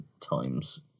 times